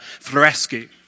Florescu